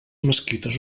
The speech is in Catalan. mesquites